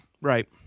Right